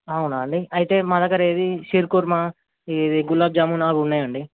అవునా అండి అయితే మా దగ్గర ఏది షీర్ కుర్మా ఇది గులాబ్ జామున్ అవి ఉన్నాయి అండి